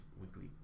weekly